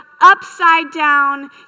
upside-down